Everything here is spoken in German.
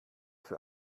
für